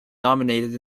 nominated